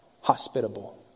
hospitable